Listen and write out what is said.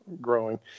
growing